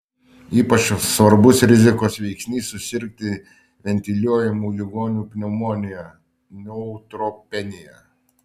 ypač svarbus rizikos veiksnys susirgti ventiliuojamų ligonių pneumonija neutropenija